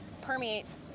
permeates